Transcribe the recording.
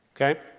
okay